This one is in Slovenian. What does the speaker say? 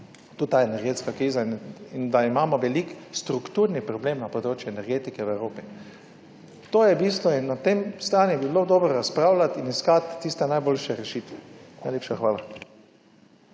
tudi ta energetska kriza in da imamo velik strukturni problem na področju energetike v Evropi. To je bistvo in na tej strani bi bilo dobro razpravljati in iskati tiste najboljše rešitve. Najlepša hvala.